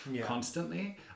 constantly